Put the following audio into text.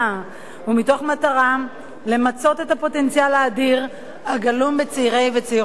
מתוך מטרה למצות את הפוטנציאל האדיר הגלום בצעירים ובצעירות בישראל.